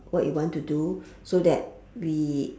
what we want to do so that we